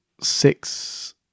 six